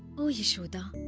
o yashoda,